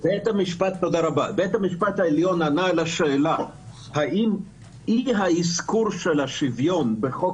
שעל השאלה המרכזית האם אי האזכור של השוויון בחוק